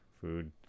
food